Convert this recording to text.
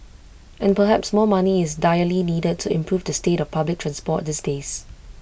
and perhaps more money is direly needed to improve the state of public transport these days